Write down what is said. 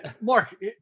mark